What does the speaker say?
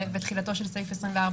ותחילתו של סעיף 24,